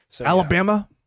Alabama